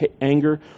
anger